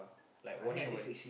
like warning over this